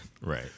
Right